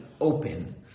open